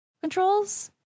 controls